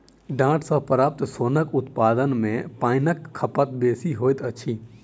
डांट सॅ प्राप्त सोनक उत्पादन मे पाइनक खपत बेसी होइत अछि